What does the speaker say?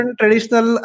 traditional